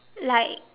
like